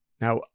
Now